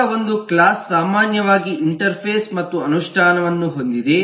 ಈಗ ಒಂದು ಕ್ಲಾಸ್ ಸಾಮಾನ್ಯವಾಗಿ ಇಂಟರ್ಫೇಸ್ ಮತ್ತು ಅನುಷ್ಠಾನವನ್ನು ಹೊಂದಿದೆ